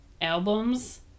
albums